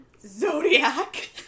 Zodiac